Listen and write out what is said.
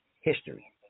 history